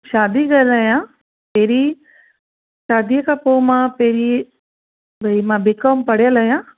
शादी कयल आहियां पहिरीं शादी खां पोइ मां पहिरीं भई मां बी कॉम पढ़ियल आहियां